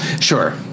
Sure